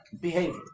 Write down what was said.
Behavior